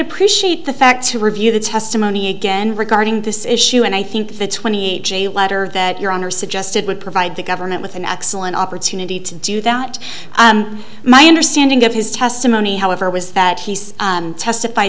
appreciate the fact to review the testimony again regarding this issue and i think the twenty a j letter that your honor suggested would provide the government with an excellent opportunity to do that my understanding of his testimony however was that he's testif